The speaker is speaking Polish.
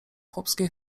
chłopskiej